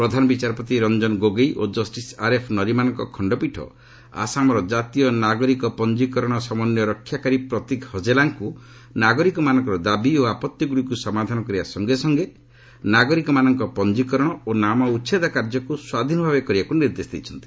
ପ୍ରଧାନ ବିଚାରପତି ରଞ୍ଜନ ଗୋଗେଇ ଓ ଜଷ୍ଟିସ ଆର୍ଏଫ୍ନରିମାନଙ୍କ ଖଣ୍ଡପୀଠ ଆସାମର ଜାତୀୟ ନାଗରିକ ପଞ୍ଜିକରଣ ସମନ୍ୱୟ ରକ୍ଷାକାରୀ ପ୍ରତୀକ ହଜେଲାଙ୍କୁ ନାଗରିକମାନଙ୍କର ଦାବି ଓ ଆପଭିଗୁଡ଼ିକୁ ସମାଧାନ କରିବା ସଙ୍ଗେ ସଙ୍ଗେ ନାଗରିକମାନଙ୍କ ପଞ୍ଜିକରଣ ଓ ନାମ ଉଚ୍ଛେଦ କାର୍ଯ୍ୟକୁ ସ୍ୱାଧୀନଭାବେ କରିବାକୁ ନିର୍ଦ୍ଦେଶ ଦେଇଛନ୍ତି